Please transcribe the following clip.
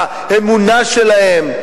באמונה שלהם.